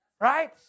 right